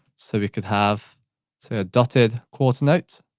so we could have dotted quarter notes.